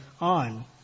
on